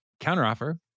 counteroffer